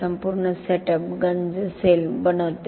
संपूर्ण सेटअप गंज सेल बनवते